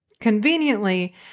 Conveniently